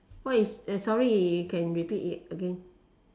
what is uh sorry you can repeat it again